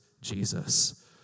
Jesus